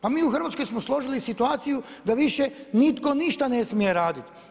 Pa mi u Hrvatskoj smo složili situaciju da više nitko ništa ne smije raditi.